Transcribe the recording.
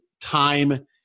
time